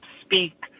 speak